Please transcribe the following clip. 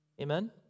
Amen